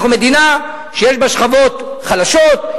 אנחנו מדינה שיש בה שכבות חלשות,